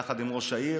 יחד עם ראש העיר,